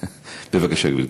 בבקשה, גברתי.